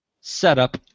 setup